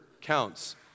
counts